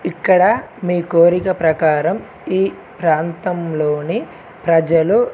ఇక్కడ మీ కోరిక ప్రకారం ఈ ప్రాంతంలోని ప్రజలు